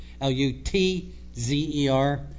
L-U-T-Z-E-R